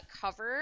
cover